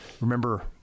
remember